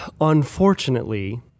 unfortunately